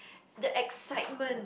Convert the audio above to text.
the excitement